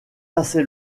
assez